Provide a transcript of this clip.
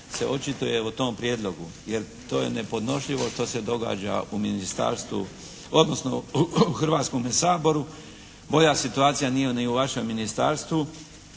se očituje o tom prijedlogu, jer to je nepodnošljivo što se događa u ministarstvu odnosno u Hrvatskome saboru. Bolja situacija nije ni u vašem ministarstvu,